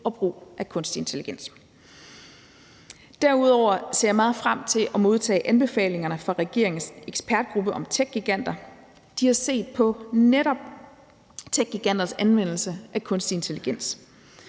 og brug af kunstig intelligens. Kl. 14:19 Derudover ser jeg meget frem til at modtage anbefalingerne fra regeringens ekspertgruppe om techgiganter. Gruppen har set på netop techgiganters anvendelse af kunstig intelligens.